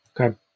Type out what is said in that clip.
Okay